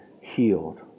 healed